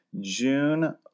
June